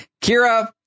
Kira